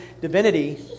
divinity